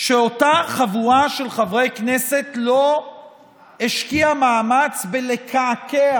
שאותה חבורה של חברי כנסת לא השקיעה מאמץ לקעקע